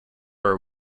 are